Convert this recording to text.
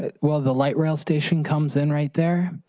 ah well the light rail station comes in right there,